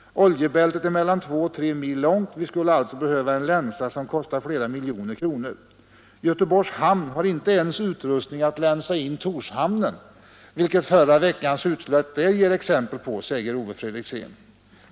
Oljebältet är mellan 2 och 3 mil långt — vi skulle alltså behöva en länsa som kostar flera miljoner kronor. Göteborgs hamn har inte ens utrustning att länsa in Torshamnen, vilket förra veckans utsläpp där ger exempel på, säger Ove Fredriksén.